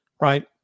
Right